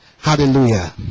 Hallelujah